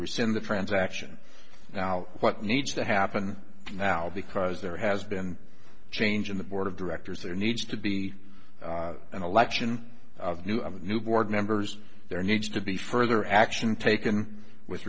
rescind the transaction now what needs to happen now because there has been a change in the board of directors there needs to be an election of new of a new board members there needs to be further action taken with